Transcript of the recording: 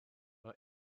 mae